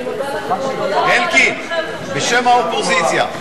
להעביר את הצעת חוק זכויות הדייר בדיור הציבורי (תיקון,